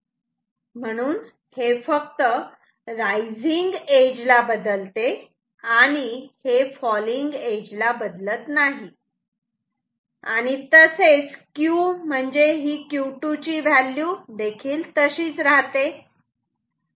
म्हणून हे फक्त रायझिंग एज ला बदलते आणि हे फॉलींग एज ला बदलत नाही आणि तसेच Q म्हणजेच Q2 ची व्हॅल्यू तशीच राहते